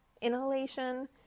inhalation